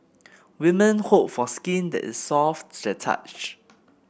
women hope for skin that is soft to the touch